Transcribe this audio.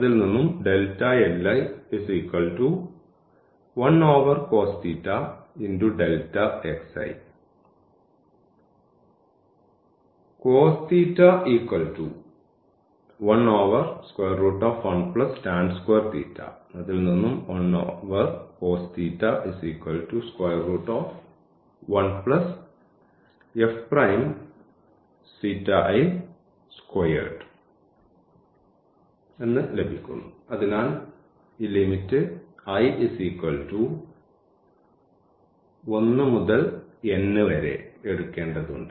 അതിനാൽ ഈ limit i 1 മുതൽ n വരെ എടുക്കേണ്ടതുണ്ട്